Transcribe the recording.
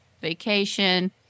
vacation